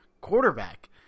quarterback